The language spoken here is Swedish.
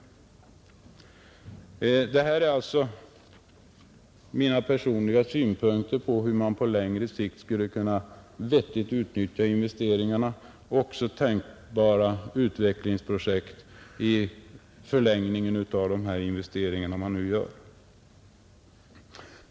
Det här är alltså mina personliga synpunkter på hur man på längre sikt på ett vettigt sätt skulle kunna utnyttja investeringarna och även tänkbara utvecklingsprojekt i förlängningen av de investeringar man nu gör.